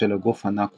הגוף הנע כולו.